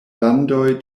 landoj